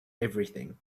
everything